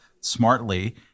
smartly